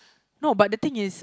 no but the thing is